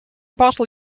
bottle